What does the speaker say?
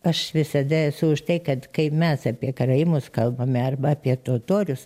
aš visada esu už tai kad kai mes apie karaimus kalbame arba apie totorius